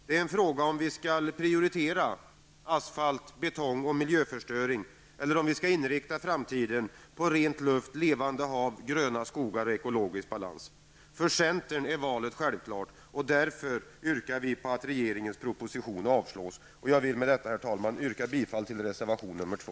Det är fråga om vi skall prioritera asfalt, betong och miljöförstöring, eller om vi skall inrikta framtiden på ren luft, levande hav, gröna skogar och ekologisk balans. För centern är valet självklart. Därför yrkar vi på att regeringens proposition skall avslås. Jag vill med detta yrka bifall till reservation 2.